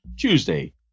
Tuesday